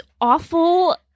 awful